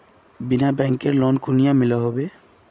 बिना बैंकेर लोन कुनियाँ मिलोहो होबे?